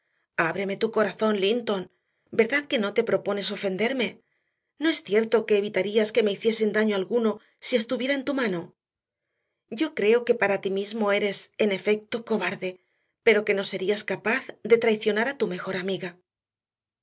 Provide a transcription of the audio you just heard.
ábreme tu corazón linton verdad que no te propones ofenderme no es cierto que evitarías que me hiciesen daño alguno si estuviera en tu mano yo creo que para ti mismo eres en efecto cobarde pero que no serías capaz de traicionar a tu mejor amiga